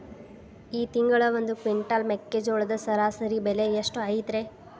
ಈ ತಿಂಗಳ ಒಂದು ಕ್ವಿಂಟಾಲ್ ಮೆಕ್ಕೆಜೋಳದ ಸರಾಸರಿ ಬೆಲೆ ಎಷ್ಟು ಐತರೇ?